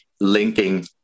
linking